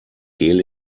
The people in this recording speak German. gel